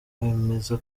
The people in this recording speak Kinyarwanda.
bemeza